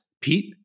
Pete